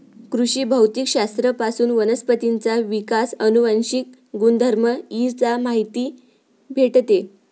कृषी भौतिक शास्त्र पासून वनस्पतींचा विकास, अनुवांशिक गुणधर्म इ चा माहिती भेटते